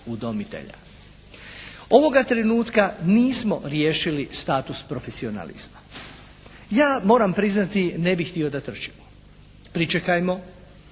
Ovoga trenutka nismo riješili status profesionalizma. Ja moram priznati ne bih htio da trčimo. Pričekajmo,